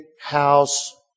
house